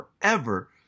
forever